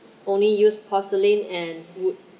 only use porcelain and wood